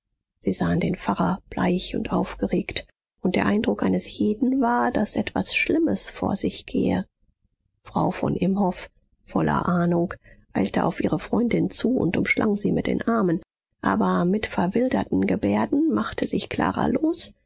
sie sahen den pfarrer bleich und aufgeregt und der eindruck eines jeden war daß etwas schlimmes vor sich gehe frau von imhoff voller ahnung eilte auf ihre freundin zu und umschlang sie mit den armen aber mit verwilderten gebärden machte sich clara los